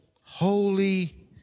holy